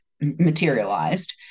materialized